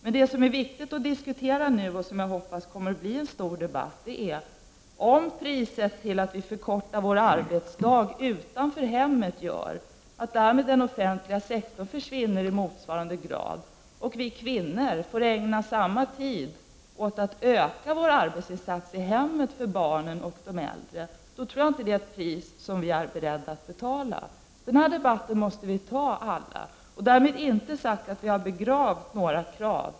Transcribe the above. Men det som det är viktigt att diskutera nu och som jag hoppas kommer att medföra en stor debatt är frågan om priset på att förkorta vår arbetsdag utanför hemmet gör att den offentliga sektorn försvinner i motsvarande grad och kvinnorna får ägna samma tid åt att öka arbetsinsatsen för barn och äldre. Detta tror jag inte är ett pris som vi är beredda att betala. Alla måste vara med i denna debatt. Därmed är det inte sagt att vi har begravt några krav.